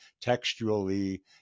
textually